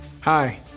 hi